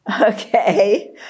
Okay